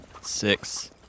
Six